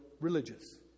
religious